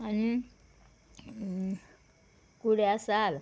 आनी कुड्या साल